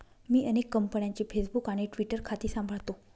मी अनेक कंपन्यांची फेसबुक आणि ट्विटर खाती सांभाळतो